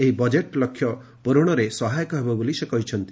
ଏହି ବଜେଟ୍ ଲକ୍ଷ୍ୟ ପୂରଣରେ ସହାୟକ ହେବ ବୋଲି ସେ କହିଛନ୍ତି